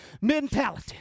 mentality